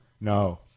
No